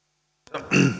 arvoisa